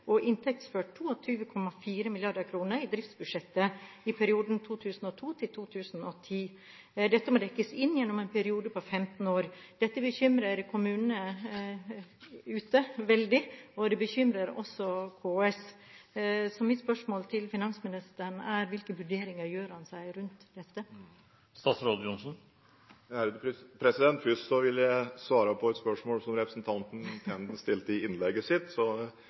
og inntektsført 22,4 mrd. kr i driftsbudsjettet i perioden 2002–2010. Dette må dekkes inn gjennom en periode på 15 år. Dette bekymrer kommunene ute veldig, og det bekymrer også KS. Så mitt spørsmål til finansministeren er: Hvilke vurderinger gjør han seg rundt dette? Først vil jeg svare på et spørsmål som representanten Tenden stilte i innlegget sitt,